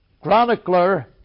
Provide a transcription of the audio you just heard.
chronicler